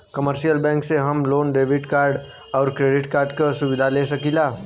commercial bank से हम लोग डेबिट कार्ड आउर क्रेडिट कार्ड क सुविधा ले सकीला